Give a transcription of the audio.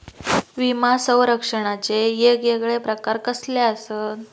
विमा सौरक्षणाचे येगयेगळे प्रकार कसले आसत?